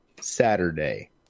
Saturday